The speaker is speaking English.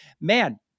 man